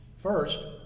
First